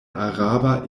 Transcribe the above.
araba